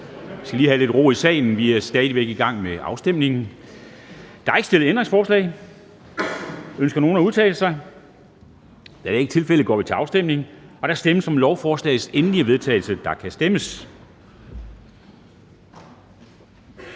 Vi skal lige have lidt ro i salen. Vi er stadig væk i gang med afstemningerne. Der er ikke stillet ændringsforslag. Ønsker nogen at udtale sig? Da det ikke er tilfældet, går vi til afstemning. Kl. 10:31 Afstemning Formanden (Henrik Dam Kristensen): Der stemmes